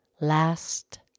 last